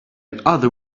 other